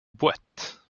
boites